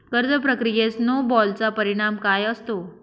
कर्ज प्रक्रियेत स्नो बॉलचा परिणाम काय असतो?